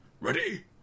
ready